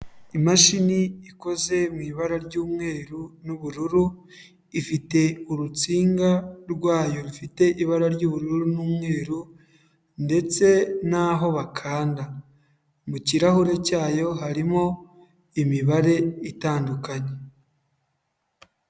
Imashini ikoze mu ibara ry'umweru n'ubururu, ifite urutsinga rwayo rufite ibara ry'ubururu n'umweru, ndetse naho bakanda. Mu kirahure cyayo harimo imibare itandukanye.